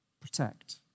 Protect